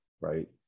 right